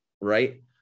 right